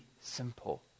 simple